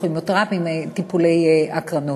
אבל